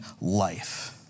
life